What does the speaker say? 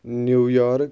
New York